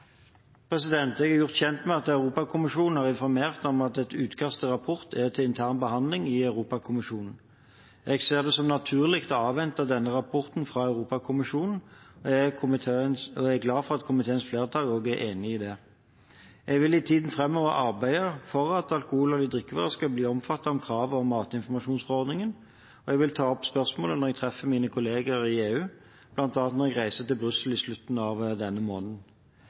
forsinket. Jeg er gjort kjent med at Europakommisjonen har informert om at et utkast til rapport er til intern behandling i Europakommisjonen. Jeg ser det som naturlig å avvente denne rapporten fra Europakommisjonen, og er glad for at komiteens flertall også er enig i det. Jeg vil i tiden framover arbeide for at alkoholholdige drikkevarer skal bli omfattet av kravet i matinformasjonsforordningen, og jeg vil ta opp spørsmålet når jeg treffer mine kollegaer i EU, bl.a. når jeg reiser til Brussel i slutten av denne måneden.